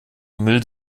müll